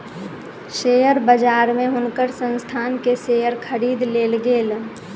share बजार में हुनकर संस्थान के शेयर खरीद लेल गेल